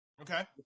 Okay